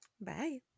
Bye